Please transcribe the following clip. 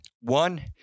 One